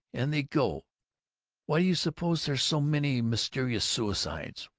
and they'd go why do you suppose there's so many mysterious suicides?